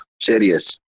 Serious